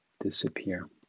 disappear